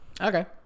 Okay